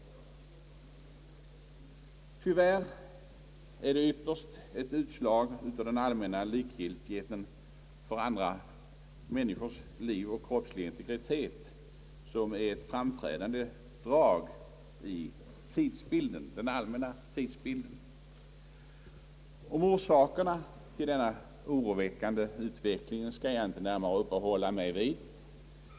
Tyvärr är det ytterst ett utslag av den allmänna likgiltighet för andra människors liv och kroppsliga integritet som är ett framträdande drag i tidsbilden. Vid orsakerna till denna oroväckande utveckling skall jag inte närmare uppehålla mig.